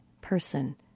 person